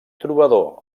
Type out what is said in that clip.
trobador